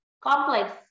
complex